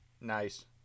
Nice